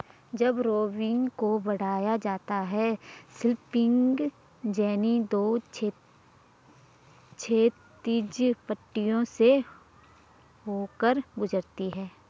जब रोविंग को बढ़ाया जाता है स्पिनिंग जेनी दो क्षैतिज पट्टियों से होकर गुजरती है